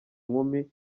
nkumi